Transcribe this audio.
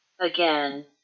again